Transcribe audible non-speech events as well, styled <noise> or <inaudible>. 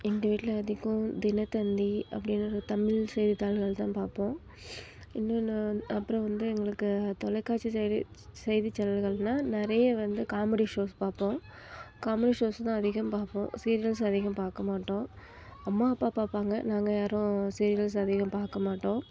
எங்கள் வீட்டில அதிகம் தினத்தந்தி அப்படி <unintelligible> தமிழ் செய்தித்தாள்கள் தான் பார்ப்போம் இன்னொன்று அப்புறம் வந்து எங்களுக்கு தொலைக்காட்சி செய்தி செய்தி சேனல்கள்னால் நிறைய வந்து காமெடி ஷோஸ் பார்ப்போம் ஷோஸ் தான் அதிகம் பார்ப்போம் சீரியல்ஸ் அதிகம் பார்க்க மாட்டோம் அம்மா அப்பா பார்ப்பாங்க நாங்கள் யாரும் சீரியல்ஸ் அதிகம் பார்க்க மாட்டோம்